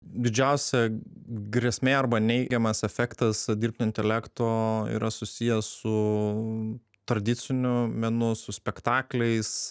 didžiausia grėsmė arba neigiamas efektas dirbtinio intelekto yra susijęs su tradiciniu menu su spektakliais